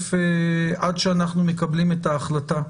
לתוקף עד שאנחנו מקבלים את ההחלטה,